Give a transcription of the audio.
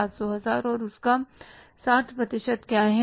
700 हजार और उसका 60 प्रतिशत क्या है